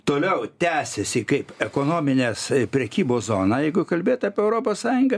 toliau tęsiasi kaip ekonominės prekybos zona jeigu kalbėt apie europos sąjungą